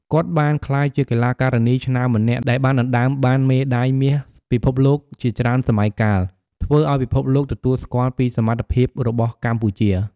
គាត់បានក្លាយជាកីឡាការិនីឆ្នើមម្នាក់ ដែលបានដណ្ដើមបានមេដៃមាសពិភពលោកជាច្រើនសម័យកាល ធ្វើឱ្យពិភពលោកទទួលស្គាល់ពីសមត្ថភាពរបស់កម្ពុជា។